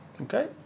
Okay